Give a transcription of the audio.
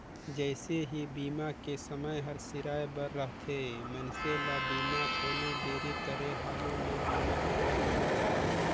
जइसे ही बीमा के समय हर सिराए बर रथे, मइनसे ल बीमा कोनो देरी करे हालू ले बीमा करवाये लेना चाहिए